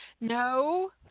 no